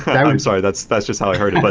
i'm sorry. that's that's just how i heard it. but